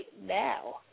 now